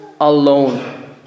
alone